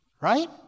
right